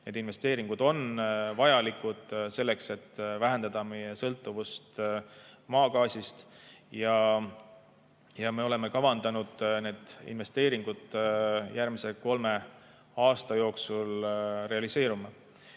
Need investeeringud on vajalikud selleks, et vähendada sõltuvust maagaasist, ja me oleme kavandanud need investeeringud realiseerida järgmise kolme aasta jooksul. Kahtlemata